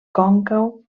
còncau